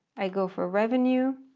i go for revenue,